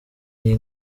iyi